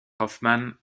hoffmann